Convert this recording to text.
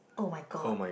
oh-my-god